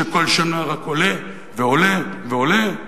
שכל שנה רק עולים ועולים ועולים.